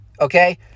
Okay